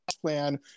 plan